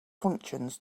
functions